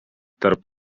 tarp